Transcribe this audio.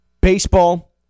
baseball